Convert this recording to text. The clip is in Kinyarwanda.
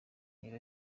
reba